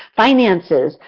finances,